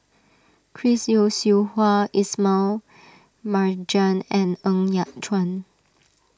Chris Yeo Siew Hua Ismail Marjan and Ng Yat Chuan